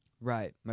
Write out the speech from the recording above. right